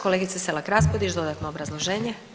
Kolegica Selak Raspudić dodatno obrazloženje.